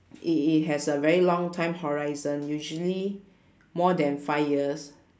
it it has a very long time horizon usually more than five years